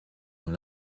dans